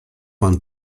pan